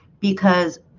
because